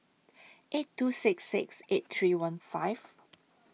eight two six six eight three one five